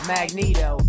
Magneto